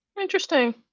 Interesting